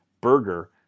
burger